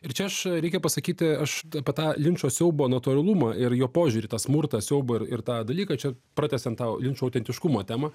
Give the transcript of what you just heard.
ir čia aš reikia pasakyti aš apie tą linčo siaubo natūralumą ir jo požiūrį tą smurtą siaubą ir tą dalyką čia pratęsiant tą linčo autentiškumo temą